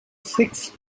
sixth